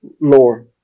lore